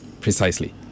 Precisely